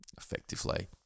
effectively